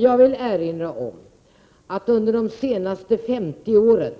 Jag vill erinra om att under de senaste 50 åren